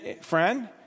friend